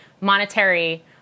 monetary